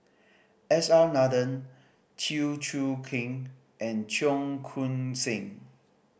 S R Nathan Chew Choo Keng and Cheong Koon Seng